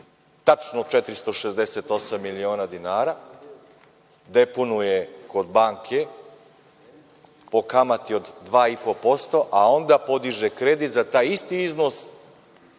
tačno 468 miliona dinara, deponuje kod banke po kamati od 2,5% a onda podiže kredit za taj isti iznos,